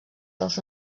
dels